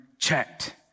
Checked